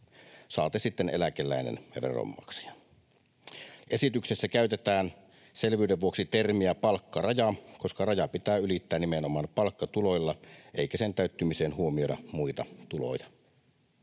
saati sitten eläkeläinen ja veronmaksaja. Esityksessä käytetään selvyyden vuoksi termiä ”palkkaraja”, koska raja pitää ylittää nimenomaan palkkatuloilla eikä sen täyttymiseen huomioida muita tuloja.